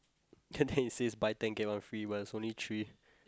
and then it says buy ten get one free but there's only three